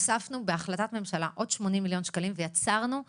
הוספנו בהחלטת ממשלה עוד 80 מיליון שקלים ויצרנו תוכנית,